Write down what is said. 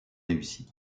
réussie